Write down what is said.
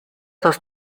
dos